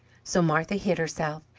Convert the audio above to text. so martha hid herself,